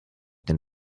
den